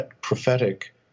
prophetic